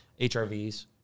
HRVs